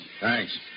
Thanks